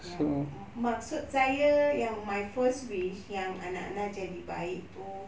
ya mm maksud saya yang my first wish yang anak-anak jadi baik itu